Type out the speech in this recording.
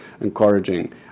encouraging